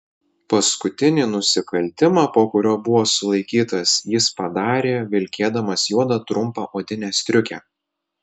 paskutinį nusikaltimą po kurio buvo sulaikytas jis padarė vilkėdamas juodą trumpą odinę striukę